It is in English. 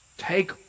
Take